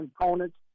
components